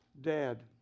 dad